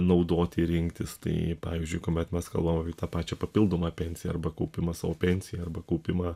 naudoti ir rinktis tai pavyzdžiui kuomet mes kalbam apie tą pačią papildomą pensiją arba kaupimą savo pensijai arba kaupimą